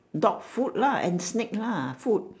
dog food lah and snake lah food